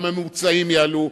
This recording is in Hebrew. גם הממוצעים יעלו,